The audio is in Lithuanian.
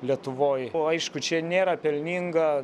lietuvoj o aišku čia nėra pelninga